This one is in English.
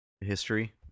history